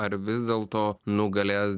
ar vis dėlto nugalės